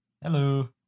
Hello